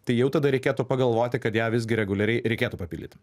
tai jau tada reikėtų pagalvoti kad ją visgi reguliariai reikėtų papildyti